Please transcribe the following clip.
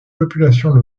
population